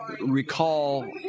recall